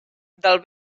del